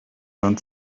learn